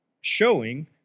showing